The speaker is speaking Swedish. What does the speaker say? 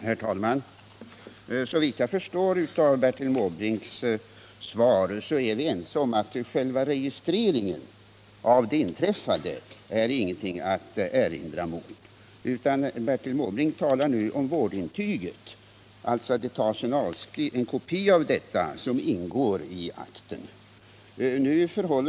Herr talman! Såvitt jag förstår av Bertil Måbrinks inlägg är vi överens om att det inte är något att erinra mot själva registreringen av det inträffade. Vad Bertil Måbrink nu talar om är att det tas en kopia av vårdintyget som ingår i akten.